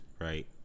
right